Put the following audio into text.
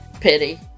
pity